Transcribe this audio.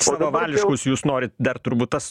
savavališkus jūs norit dar turbūt tas